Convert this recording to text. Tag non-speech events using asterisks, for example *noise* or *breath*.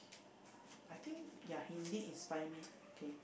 *breath* I think ya he indeed inspired me okay